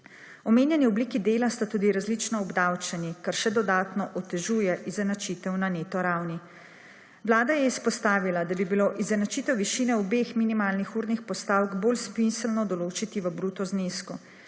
Omenjeni obliki dela sta tudi različno obdavčeni, kar še dodatno otežuje izenačitev na neto ravni. Vlada je izpostavila, da bi bilo izenačitev višine obeh minimalnih urnih postavk bolj smiselno določiti v bruto znesku.